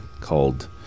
called